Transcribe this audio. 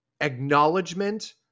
acknowledgement